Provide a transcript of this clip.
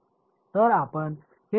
तर आपण हे दोन्हीही शब्दांत लिहू शकतो